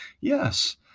Yes